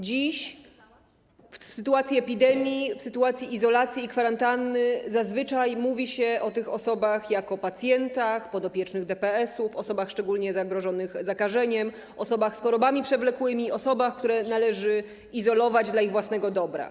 Dziś, w sytuacji epidemii, w sytuacji izolacji i kwarantanny zazwyczaj mówi się o tych osobach jako o pacjentach, podopiecznych DPS-ów, osobach szczególnie zagrożonych zakażeniem, osobach z chorobami przewlekłymi, osobach, które należy izolować dla ich własnego dobra.